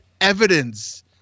evidence